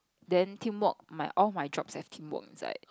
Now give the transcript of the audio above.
then teamwork my all my jobs have teamwork inside